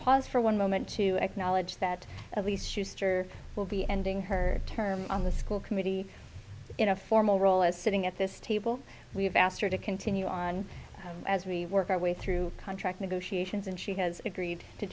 pause for one moment to acknowledge that at least schuster will be ending her term on the school committee in a formal role as sitting at this table we've asked her to continue on as we work our way through contract negotiations and she has agreed to